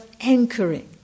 anchoring